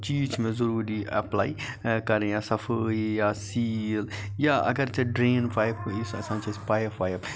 چیٖز چھِ مےٚ ضروٗری ایٚپلاے کَرٕنۍ یا صَفٲیی یا سیٖل یا اگر ژےٚ ڈرین پایپ یُس آسان چھِ اَسہِ پایپ وایپ